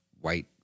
white